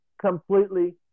completely